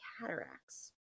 cataracts